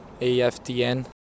AFTN